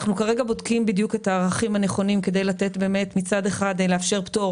כרגע אנחנו בודקים את הערכים הנכונים כדי מצד אחד לאפשר פטור